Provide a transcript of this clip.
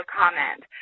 comment